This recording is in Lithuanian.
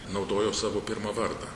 naudojo savo pirmą vardą